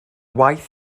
waith